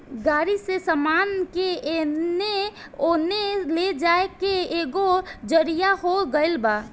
गाड़ी से सामान के एने ओने ले जाए के एगो जरिआ हो गइल बा